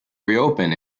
reopen